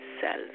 self